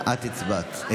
את הצבעת.